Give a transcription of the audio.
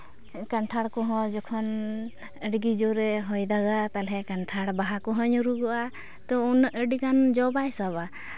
ᱠᱟᱱᱴᱷᱟᱲ ᱠᱚᱦᱚᱸ ᱡᱚᱠᱷᱚᱱ ᱟᱹᱰᱤᱜᱮ ᱡᱳᱨᱮ ᱦᱚᱭ ᱫᱟᱜᱟ ᱛᱟᱦᱚᱞᱮ ᱠᱟᱱᱴᱷᱟᱲ ᱵᱟᱦᱟ ᱠᱚᱦᱚᱸ ᱧᱩᱨᱩᱜᱚᱜᱼᱟ ᱛᱚ ᱩᱱᱟᱹᱜ ᱟᱹᱰᱤᱜᱟᱱ ᱡᱚ ᱵᱟᱭ ᱥᱟᱵᱟ